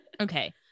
Okay